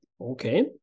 okay